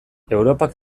europak